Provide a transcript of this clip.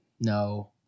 No